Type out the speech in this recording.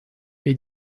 est